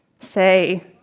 say